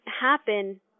happen